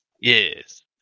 Yes